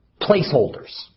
placeholders